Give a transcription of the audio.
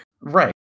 Right